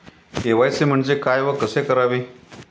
KYC म्हणजे काय व कसे करावे?